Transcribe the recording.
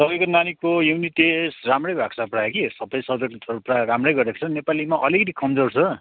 तपाईँको नानीको unit test राम्रै भएको छ प्रायः कि सबै सब्जेक्टहरू राम्रै गरेको छ नेपालीमा अलिकति कमजोड छ